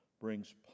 brings